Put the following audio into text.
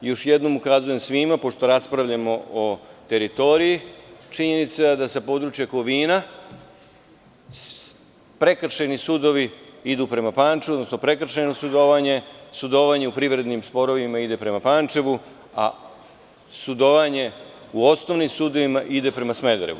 Još jednom ukazujem svima pošto raspravljamo o teritoriji, činjenica je da za područje Kovina prekršajni sudovi idu prema Pančevu, odnosno sudovanje u privrednim sporovima ide prema Pančevu, a sudovanje u osnovnim sudovima ide prema Smederevu.